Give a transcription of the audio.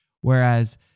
Whereas